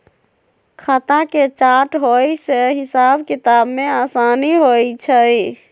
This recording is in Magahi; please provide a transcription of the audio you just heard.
खता के चार्ट होय से हिसाब किताब में असानी होइ छइ